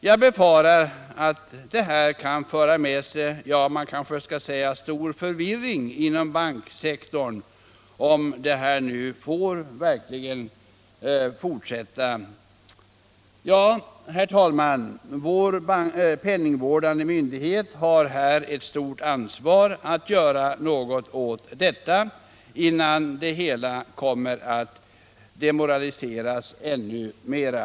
Jag befarar att det kan föra med sig stor förvirring inom banksektorn om den får fortsätta. Vår penningvårdande myndighet har här ett stort ansvar att göra någonting innan det hela demoraliseras ännu mera.